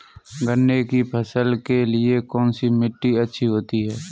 गन्ने की फसल के लिए कौनसी मिट्टी अच्छी होती है?